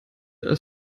als